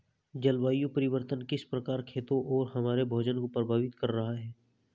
जलवायु परिवर्तन किस प्रकार खेतों और हमारे भोजन को प्रभावित कर रहा है?